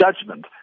judgment